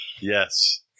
Yes